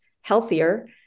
healthier